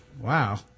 Wow